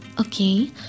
okay